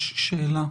שאלה,